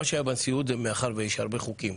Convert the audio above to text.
הנימוק הרשמי בנשיאות היה שיש הרבה חוקים.